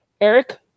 Eric